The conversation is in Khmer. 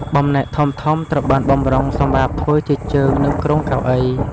បំណែកធំៗត្រូវបានបម្រុងសម្រាប់ធ្វើជាជើងនិងគ្រោងកៅអី។